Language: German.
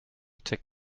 check